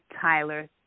Tyler